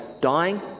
dying